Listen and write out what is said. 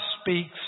speaks